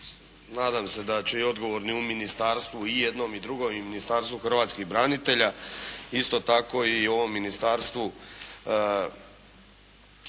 nadam se da će i odgovorni u Ministarstvu i jednom i drugom i Ministarstvu hrvatskih branitelja isto tako i u ovom Ministarstvu prometa i veza